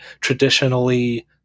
traditionally